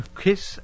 kiss